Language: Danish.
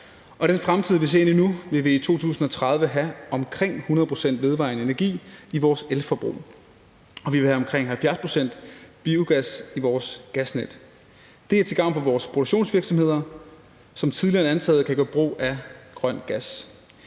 den fremtid, vi ser ind i nu, vil vi i 2030 have omkring 100 pct. vedvarende energi i vores elforbrug, og vi vil have omkring 70 pct. biogas i vores gasnet. Det er til gavn for vores produktionsvirksomheder, som tidligere end antaget kan gøre brug af grøn gas.